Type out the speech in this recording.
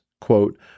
quote